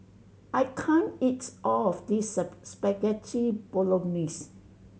I can't eat all of this Spaghetti Bolognese